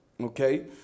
okay